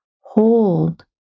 hold